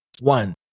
One